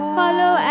follow